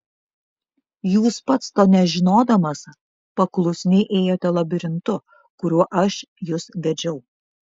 jūs pats to nežinodamas paklusniai ėjote labirintu kuriuo aš jus vedžiau